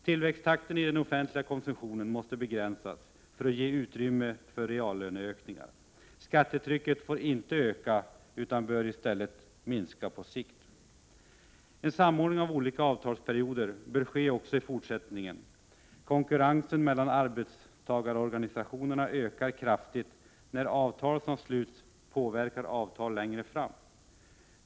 Tillväxttakten i den offentliga konsumtionen måste begränsas för att ge utrymme för reallöneökningar. Skattetrycket får inte öka, utan bör i stället minska på sikt. En samordning av olika avtalsperioder bör ske också fortsättningsvis. Konkurrensen mellan arbetstagarorganisationerna ökar kraftigt när avtal som sluts påverkar avtal som kommer att ingås längre fram.